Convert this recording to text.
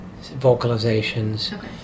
vocalizations